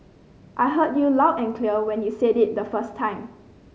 I heard you loud and clear when you said it the first time